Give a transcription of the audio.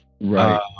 right